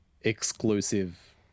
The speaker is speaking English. exclusive